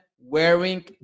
wearing